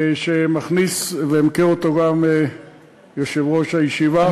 ומכיר אותו גם יושב-ראש הישיבה,